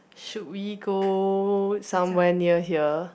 should we go somewhere near here